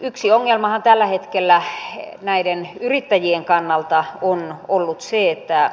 yksi ongelmahan tällä hetkellä näiden yrittäjien kannalta on ollut se että